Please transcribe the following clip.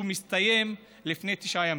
הוא הסתיים לפני תשעה ימים.